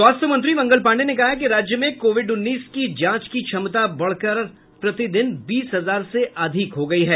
स्वास्थ्य मंत्री मंगल पांडेय ने कहा है कि राज्य में कोविड उन्नीस की जांच की क्षमता बढ़कर प्रतिदिन बीस हजार से अधिक हो गयी है